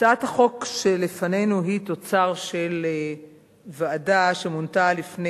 הצעת החוק שלפנינו היא תוצר של ועדה שמונתה לפני